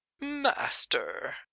Master